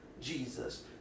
Jesus